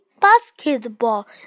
basketball